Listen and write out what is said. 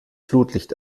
flutlicht